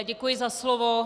Děkuji za slovo.